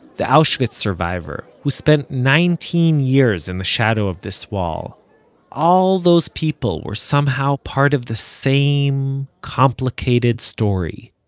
the auschwitz survivor who spent nineteen years in the shadow of this wall all those people were somehow part of the same, complicated, story.